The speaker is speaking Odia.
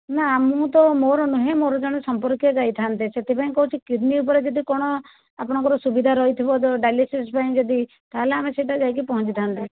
ନା ମୁଁ ତ ମୋର ନୁହେଁ ମୋର ଜଣେ ସମ୍ପର୍କୀୟ ଯାଇଥାନ୍ତେ ସେଥିପାଇଁ କହୁଛି କିଡ଼ନୀ ଉପରେ ଯଦି କ'ଣ ଆପଣଙ୍କର ସୁବିଧା ରହିଥିବ ତ ଡାଇଲିସିସ ପାଇଁ ଯଦି ତାହାଲେ ଆମେ ସେଇଟା ଯାଇକି ପହଞ୍ଚିଥାନ୍ତେ